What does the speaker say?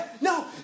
no